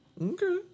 Okay